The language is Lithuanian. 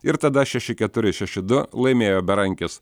ir tada šeši keturi šeši du laimėjo berankis